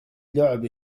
لعب